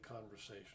conversation